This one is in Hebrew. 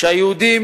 שהיהודים